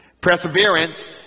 Perseverance